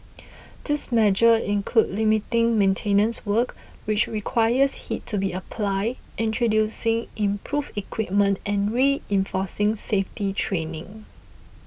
this measure include limiting maintenance work which requires heat to be applied introducing improved equipment and reinforcing safety training